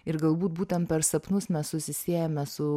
ir galbūt būtent per sapnus mes susisiejame su